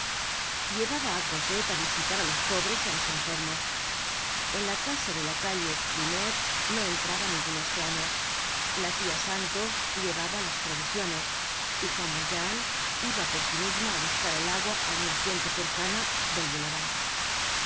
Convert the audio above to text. llevaba á cosette á visitar á los pobres y á los enfermos en la casa de la calle plumet no entraba ningun eslraño la tia santos llevaba las provisiones y juan valjean iba por sí mismo á buscar el agua á una fuente cercana del